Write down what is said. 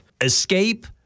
escape